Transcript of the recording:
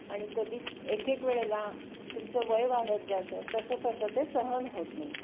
आणि कधीच एक एक वेळेला तुमचं वय वाढत जाचं तसं तसं ते सहन होत नाही